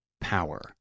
power